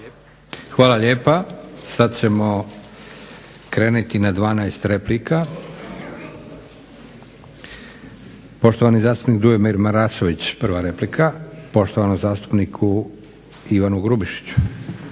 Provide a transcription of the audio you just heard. Hvala lijepa. Sad ćemo krenuti na 12 replika. Poštovani zastupnik Dujomir Marasović, prva replika poštovanom zastupniku Ivanu Grubišiću.